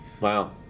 Wow